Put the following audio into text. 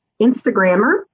Instagrammer